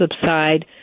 subside